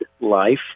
life